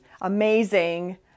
amazing